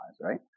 right